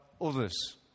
others